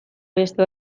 beste